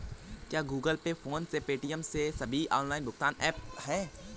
क्या Google Pay PhonePe Paytm ये सभी ऑनलाइन भुगतान ऐप हैं?